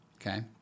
Okay